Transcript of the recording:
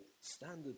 standard